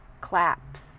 claps